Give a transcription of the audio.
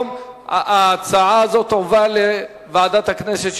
ההצעה הזאת תועבר לוועדת הכנסת,